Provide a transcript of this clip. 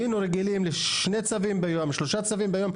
היינו רגילים לשניים-שלושה צווים ביום,